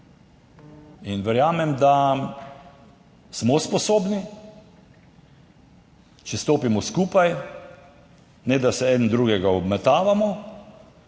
in verjamem, da smo sposobni, če stopimo skupaj, ne da se eden drugega obmetavamo,